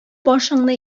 башыңны